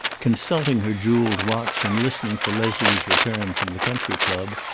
consulting her jeweled watch and listening for leslie's return from the country club.